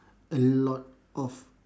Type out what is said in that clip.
a lot of